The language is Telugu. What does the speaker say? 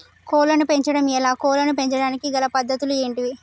కోళ్లను పెంచడం ఎలా, కోళ్లను పెంచడానికి గల పద్ధతులు ఏంటివి?